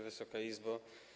Wysoka Izbo!